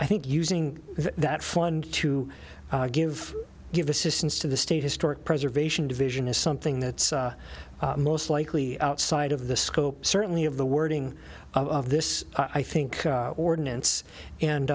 i think using that fund to give give assistance to the state historic preservation division is something that's most likely outside of the scope certainly of the wording of this i think ordinance and